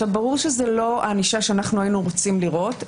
ברור שזאת לא הענישה שאנחנו היינו רוצים לראות,